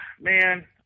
man